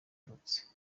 abatutsi